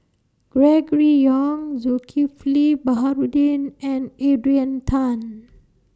Gregory Yong Zulkifli Baharudin and Adrian Tan